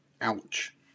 Ouch